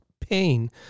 pain